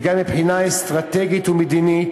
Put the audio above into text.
וגם מבחינה אסטרטגית ומדינית.